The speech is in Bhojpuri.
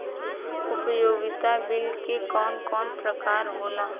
उपयोगिता बिल के कवन कवन प्रकार होला?